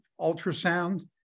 ultrasound